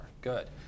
Good